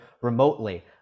remotely